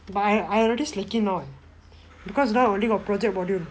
but I I already slacking now leh because now I only got project module